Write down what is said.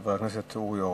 חבר הכנסת אורי אורבך.